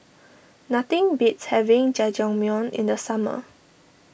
nothing beats having Jajangmyeon in the summer